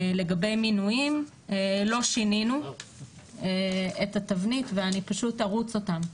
לגבי מינויים לא שיננו את התבנית ואני פשוט ארוץ אותם.